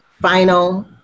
final